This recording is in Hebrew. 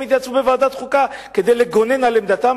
התייצבו בוועדת החוקה כדי לגונן על עמדתם